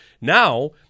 Now